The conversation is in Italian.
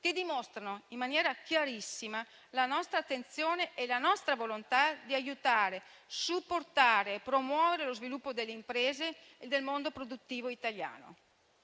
che dimostrano in maniera chiarissima la nostra attenzione e la nostra volontà di aiutare, supportare e promuovere lo sviluppo delle imprese e del mondo produttivo italiano.